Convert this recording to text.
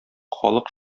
халык